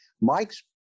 Mike's